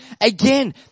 Again